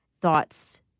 thoughts